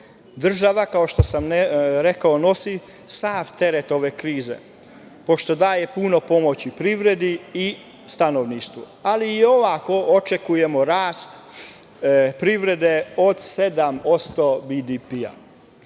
19.Država, kao što sam rekao, nosi sav teret ove krize pošto daje puno pomoći privredi i stanovništvu, ali i ovako očekujemo rast privrede od 7%